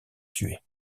tués